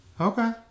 Okay